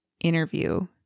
interview